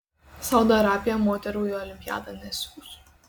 saudo arabija moterų į olimpiadą nesiųs